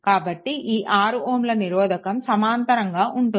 కాబట్టి ఈ 6Ωల నిరోధకం సమాంతరంగా ఉంటుంది